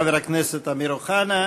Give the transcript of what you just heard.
תודה לחבר הכנסת אמיר אוחנה.